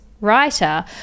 writer